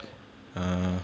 ah